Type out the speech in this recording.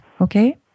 Okay